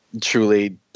truly